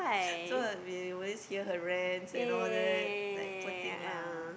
so we always hear her rants and all that poor thing lah